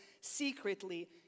secretly